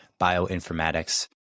bioinformatics